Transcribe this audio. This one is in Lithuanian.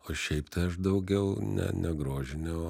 o šiaip tai aš daugiau ne negrožinę o